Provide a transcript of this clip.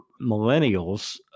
millennials